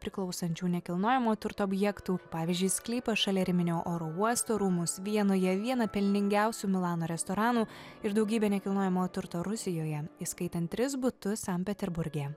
priklausančių nekilnojamo turto objektų pavyzdžiui sklypą šalia riminio oro uosto rūmus vienoje vieną pelningiausių milano restoranų ir daugybę nekilnojamo turto rusijoje įskaitant tris butus sankt peterburge